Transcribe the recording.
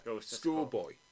schoolboy